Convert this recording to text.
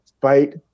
Fight